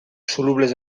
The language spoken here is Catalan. solubles